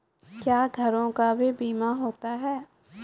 क्या घरों का भी बीमा होता हैं?